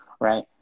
Right